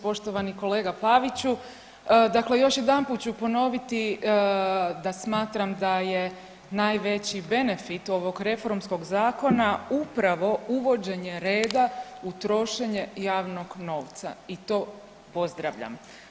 Poštovani kolega Paviću, dakle još jedanput ću ponoviti da smatram da je najveći benefit ovog reformskog zakona upravo uvođenje reda u trošenje javnog novca i to pozdravljam.